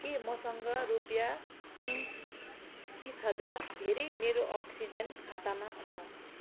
के मसँग रुपियाँ बिस हजार धेरै मेरो अक्सिजन खातामा छ